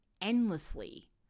endlessly